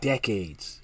Decades